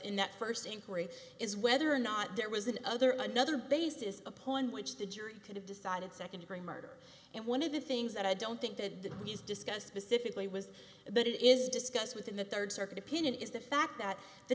in that first inquiry is whether or not there was an other of another basis upon which the jury could have decided second degree murder and one of the things that i don't think that is discussed specifically was but it is discussed within the third circuit opinion is the fact that th